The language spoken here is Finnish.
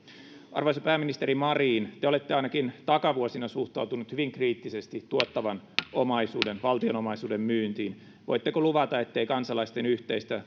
arvoisa pääministeri marin te olette ainakin takavuosina suhtautunut hyvin kriittisesti tuottavan omaisuuden valtionomaisuuden myyntiin voitteko luvata ettei kansalaisten yhteistä